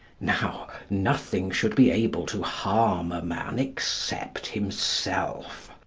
now, nothing should be able to harm a man except himself.